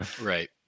right